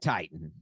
Titan